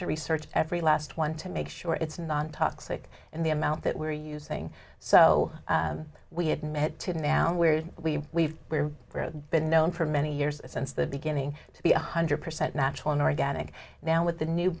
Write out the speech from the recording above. to research every last one to make sure it's nontoxic in the amount that we're using so we admit to now where we we've we're very been known for many years since the beginning to be one hundred percent natural and organic now with the new